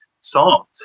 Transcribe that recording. songs